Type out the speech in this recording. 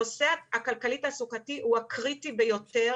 הנושא הכלכלי תעסוקתי הוא הקריטי ביותר